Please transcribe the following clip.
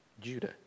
Judah